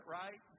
right